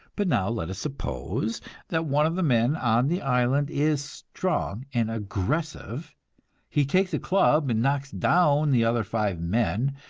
but now let us suppose that one of the men on the island is strong and aggressive he takes a club and knocks down the other five men,